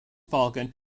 falcon